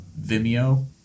Vimeo